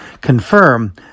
confirm